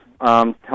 help